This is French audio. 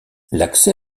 l’accès